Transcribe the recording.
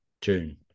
June